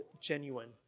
genuine